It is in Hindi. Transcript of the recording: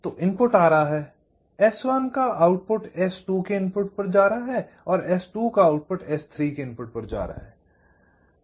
तो इनपुट आ रहा है S1 का आउटपुट S2 के इनपुट पर जा रहा है S2 का आउटपुट S3 के इनपुट पर जा रहा है